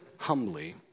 humbly